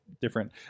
different